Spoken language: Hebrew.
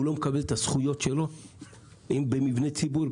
לא מקבל את הזכויות שלו אם במבני ציבור,